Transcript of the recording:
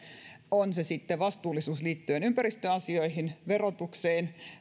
on se sitten vastuullisuus liittyen ympäristöasioihin verotukseen